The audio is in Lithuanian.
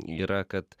yra kad